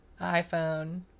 iPhone